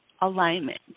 alignment